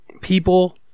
people